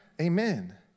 Amen